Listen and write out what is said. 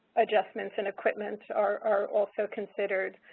adjustments and equipment are are also considered.